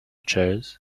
chairs